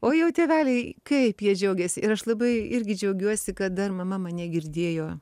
o jau tėveliai kaip jie džiaugėsi ir aš labai irgi džiaugiuosi kad dar mama mane girdėjo